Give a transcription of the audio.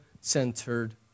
centered